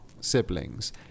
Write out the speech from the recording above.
siblings